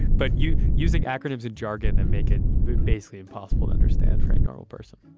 but you using acronyms and jargon that make it basically impossible to understand for a normal person